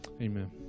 Amen